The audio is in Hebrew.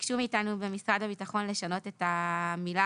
ביקשו מאיתנו במשרד הביטחון לשנות את המילה